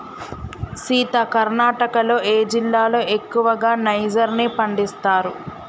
సీత కర్ణాటకలో ఏ జిల్లాలో ఎక్కువగా నైజర్ ని పండిస్తారు